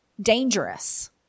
dangerous